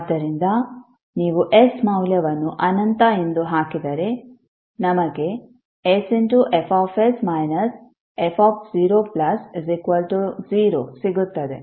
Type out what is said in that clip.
ಆದ್ದರಿಂದ ನೀವು s ಮೌಲ್ಯವನ್ನು ಅನಂತ ಎಂದು ಹಾಕಿದರೆ ನಮಗೆ sFs f00 ಸಿಗುತ್ತದೆ